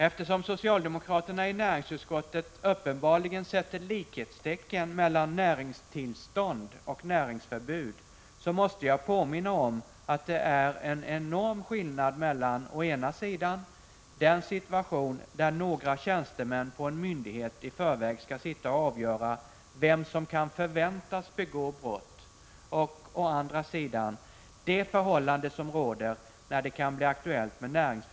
Eftersom socialdemokraterna i näringsutskottet uppenbarligen sätter likhetstecken mellan näringstillstånd och näringsförbud, måste jag påminna om att det är enorm skillnad mellan å ena sidan den situation där några tjänstemän på en myndighet i förväg skall sitta och avgöra vem som kan förväntas begå brott och å andra sidan det förhållande som råder när det kan bli aktuellt med närings!